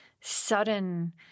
sudden